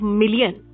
million